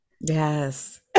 Yes